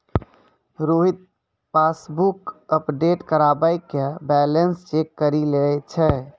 Rohit passbook update करबाय के balance check करि लै छै